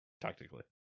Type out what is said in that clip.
tactically